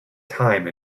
time